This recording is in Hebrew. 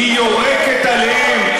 היא יורקת עליהם,